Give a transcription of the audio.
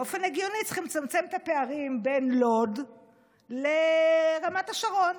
באופן הגיוני צריכים לצמצם את הפערים בין לוד לרמת השרון,